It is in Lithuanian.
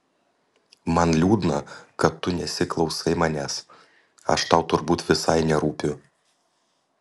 man liūdna kad tu nesiklausai manęs aš tau turbūt visai nerūpiu